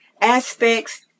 aspects